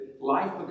Life